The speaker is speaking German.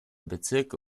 bezirke